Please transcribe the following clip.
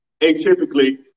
atypically